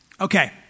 Okay